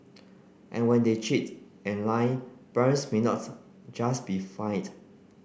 and when they cheat and lie parents may not just be fined